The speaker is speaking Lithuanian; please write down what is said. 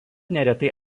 neretai